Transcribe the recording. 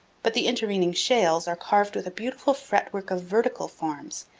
but the intervening shales are carved with a beautiful fretwork of vertical forms,